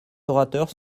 orateurs